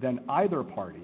then either party